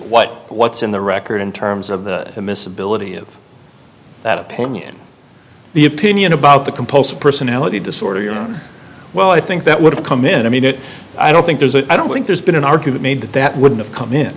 what what's in the record in terms of the miss ability of that opinion the opinion about the compulsive personality disorder well i think that would have come in i mean it i don't think there's a i don't think there's been an argument made that that would have come in